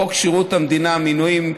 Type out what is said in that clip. חוק שירות המדינה (מינויים),